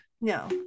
no